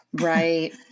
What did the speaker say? Right